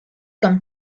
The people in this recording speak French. comme